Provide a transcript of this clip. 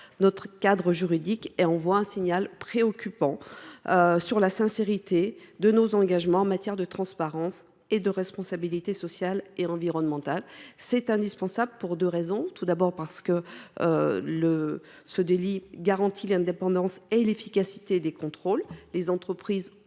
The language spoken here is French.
notre cadre juridique et envoie un signal préoccupant sur la sincérité de nos engagements en matière de transparence et de responsabilité sociale et environnementale. Il est indispensable de rétablir ce délit pour deux raisons. Tout d’abord, il garantit l’indépendance et l’efficacité des contrôles. Si les entreprises